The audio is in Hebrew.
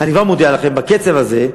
אני כבר מודיע לכם, בקצב הזה,